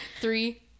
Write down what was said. three